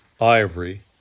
ivory